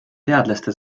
teadlaste